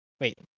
Wait